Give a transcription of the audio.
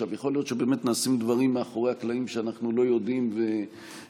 יכול להיות שבאמת נעשים דברים מאחורי הקלעים שאנחנו לא יודעים עליהם,